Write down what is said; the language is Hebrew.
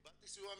קיבלתי סיוע מינהל?